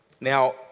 Now